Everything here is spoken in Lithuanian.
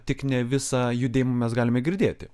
tik ne visą judėjimą mes galime girdėti